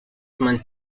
month